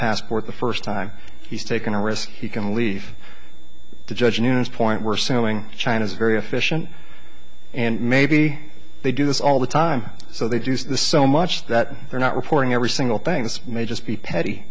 passport the first time he's taken a risk he can leave to judge a news point we're selling china is very efficient and maybe they do this all the time so they do the so much that they're not reporting every single thing this may just be petty